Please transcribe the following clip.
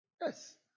Yes